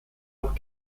auch